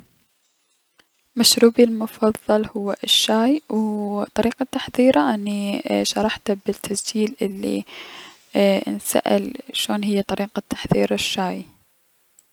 مشروبي المفضل هو الشاي و طريقة تحضيره اي اني شرحته يالتسجيل الي انسأل عن شون هي طريقة تحضير الشاي.